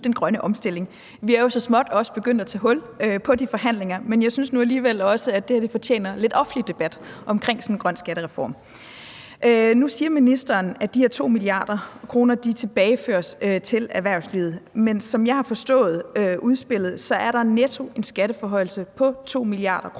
den grønne omstilling. Vi er jo så småt også begyndt at tage hul på de forhandlinger, men jeg synes nu alligevel også, at det her fortjener lidt offentlig debat omkring sådan en grøn skattereform. Nu siger ministeren, at de her 2 mia. kr. tilbageføres til erhvervslivet, men som jeg har forstået udspillet, er der netto en skatteforhøjelse på 2 mia. kr.